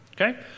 Okay